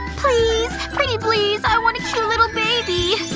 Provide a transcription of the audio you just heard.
please! pretty please! i want a cute little baby!